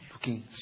looking